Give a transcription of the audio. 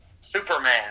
Superman